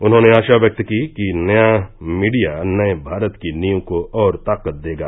उन्होंने आशा व्यक्त की कि नया मीडिया नये भारत की नींव को और ताकत देगा